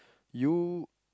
you